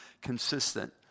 consistent